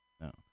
No